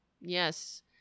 Yes